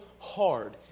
hard